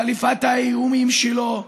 חליפת האיומים שלו,